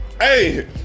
Hey